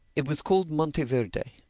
it was called monteverde.